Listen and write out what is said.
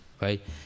right